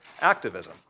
activism